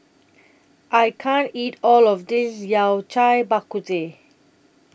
I can't eat All of This Yao Cai Bak Kut Teh